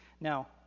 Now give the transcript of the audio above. Now